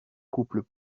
couples